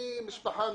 אני משפחה נורמטיבית,